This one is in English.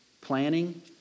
Planning